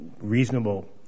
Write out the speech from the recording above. reasonable